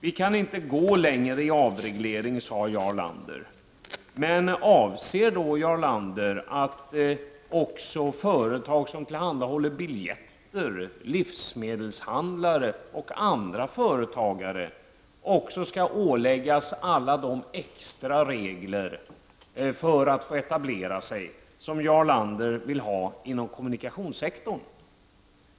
Vi kan inte gå längre i avreglering, sade Jarl Lander. Men avser då Jarl Lander att också företag som tillhandahåller biljetter, livsmedelshandlare och andra företagare skall åläggas alla de extra regler för att få etablera sig som Jarl Lander vill ha inom kommunikationssektorn?